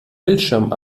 bildschirmen